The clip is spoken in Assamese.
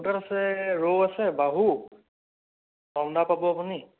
মোৰ তাত আছে ৰৌ আছে বাহু ছন্দা পাব আপুনি